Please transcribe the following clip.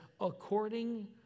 according